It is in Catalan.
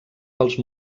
pels